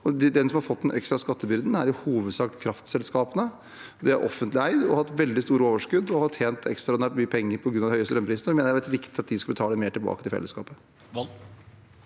De som har fått en ekstra skattebyrde, er i hovedsak kraftselskapene. De er offentlig eid og har hatt veldig store overskudd, og de har tjent ekstraordinært mye penger på grunn av de høye strømprisene. Da mener jeg det har vært riktig at de skulle betale mer tilbake til fellesskapet.